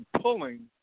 pulling